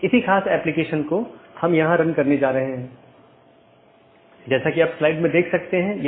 एक यह है कि कितने डोमेन को कूदने की आवश्यकता है